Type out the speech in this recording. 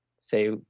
say